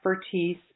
expertise